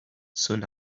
soon